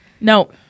No